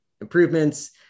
improvements